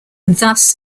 thus